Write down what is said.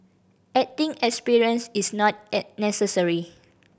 acting experience is not necessary